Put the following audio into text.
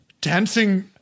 Dancing